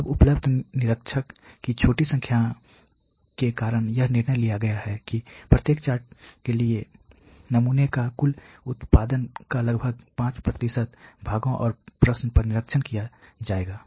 अब उपलब्ध निरीक्षक की छोटी संख्या के कारण यह निर्णय लिया गया है कि प्रत्येक चार्ट के लिए नमूने का कुल उत्पादन का लगभग 5 भागों और प्रश्न पर निरीक्षण किया जाएगा